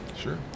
Sure